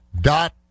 dot